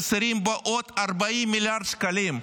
חסרים בו עוד 40 מיליארד שקלים: